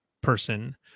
person